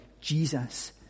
Jesus